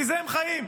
מזה הם חיים.